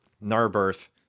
Narberth